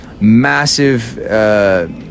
massive